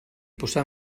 posar